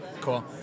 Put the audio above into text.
cool